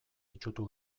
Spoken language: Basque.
itsutu